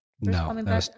no